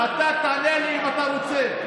ואתה תענה לי אם אתה רוצה.